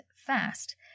fast